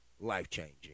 life-changing